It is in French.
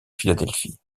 philadelphie